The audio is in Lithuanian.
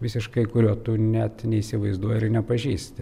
visiškai kurio tu net neįsivaizduoji ir nepažįsti